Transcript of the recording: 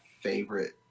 favorite